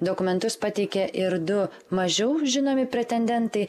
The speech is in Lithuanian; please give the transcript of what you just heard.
dokumentus pateikė ir du mažiau žinomi pretendentai